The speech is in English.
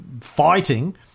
fighting